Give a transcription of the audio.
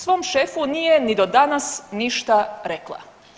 Svom šefu nije ni do danas ništa rekla.